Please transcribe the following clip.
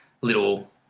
little